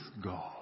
God